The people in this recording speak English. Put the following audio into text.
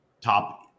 top